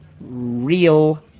Real